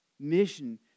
Mission